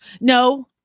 No